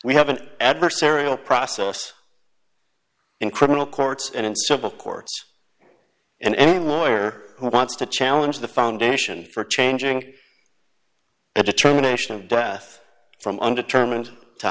we have an adversarial process in criminal courts and in civil courts and any lawyer who wants to challenge the foundation for changing the determination of death from undetermined to